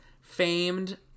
famed